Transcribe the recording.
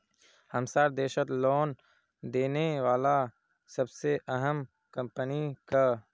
हमसार देशत लोन देने बला सबसे अहम कम्पनी क